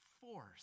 force